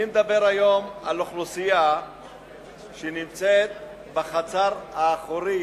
אני מדבר היום על אוכלוסייה שנמצאת בחצר האחורית